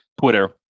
Twitter